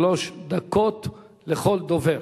שלוש דקות לכל דובר.